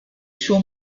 suo